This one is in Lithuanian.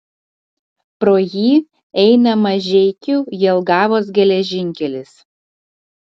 pro jį eina mažeikių jelgavos geležinkelis